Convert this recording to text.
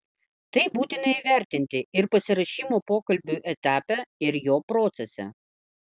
tai būtina įvertinti ir pasiruošimo pokalbiui etape ir jo procese